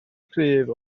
cryf